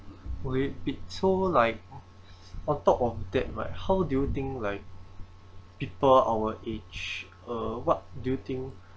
will it be so like on top of that right how do you think like people our age uh what do you think